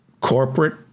corporate